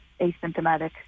asymptomatic